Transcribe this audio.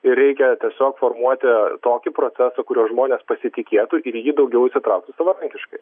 ir reikia tiesiog formuoti tokį procesą kuriuo žmonės pasitikėtų ir į jį daugiau įsitrauktų savarankiškai